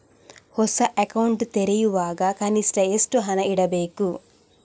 ಹೊಸ ಅಕೌಂಟ್ ತೆರೆಯುವಾಗ ಕನಿಷ್ಠ ಎಷ್ಟು ಹಣ ಇಡಬೇಕು?